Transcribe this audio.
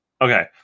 Okay